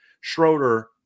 Schroeder